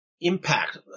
impact